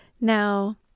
Now